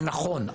זה נכון.